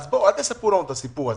אל תספרו לנו את הסיפור הזה.